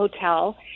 hotel